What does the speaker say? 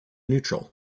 neutral